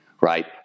right